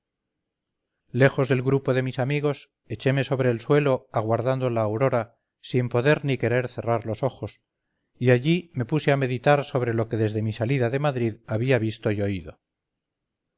lejos del grupo de mis amigos echeme sobre el suelo aguardando la aurora sin poder ni querer cerrar los ojos y allí me puse a meditar sobre lo que desde mi salida de madrid había visto y oído